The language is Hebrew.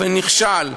לפעמים נכשל.